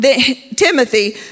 Timothy